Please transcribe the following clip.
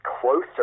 closer